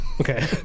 okay